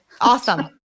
Awesome